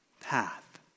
path